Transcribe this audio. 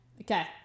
okay